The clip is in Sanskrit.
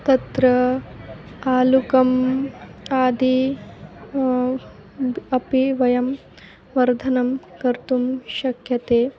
तत्र आलुकम् आदि अपि वयं वर्धनं कर्तुं शक्यते